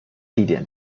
地点